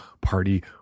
party